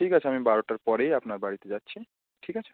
ঠিক আছে আমি বারোটার পরেই আপনার বাড়িতে যাচ্ছি ঠিক আছে